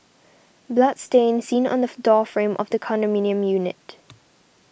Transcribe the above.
blood stain seen on the door frame of the condominium unit